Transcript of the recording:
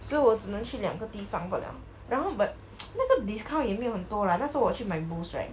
所以我只能去两个地方罢 liao 然后 but 那个 discount 也没有很多 lah 那时候我去买 mouse right